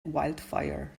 wildfire